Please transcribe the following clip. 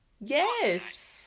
Yes